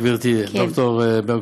גברתי ד"ר ברקו,